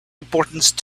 importance